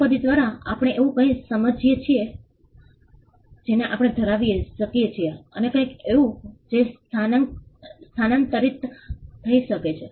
સંપત્તિ દ્વારા આપણે એવું કંઈક સમજીએ છીએ જેને આપણે ધરાવી શકીએ છીએ અને કંઈક એવું કે જે સ્થાનાંતરિત થઈ શકે છે